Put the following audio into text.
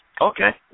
Okay